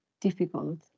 difficult